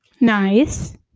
Nice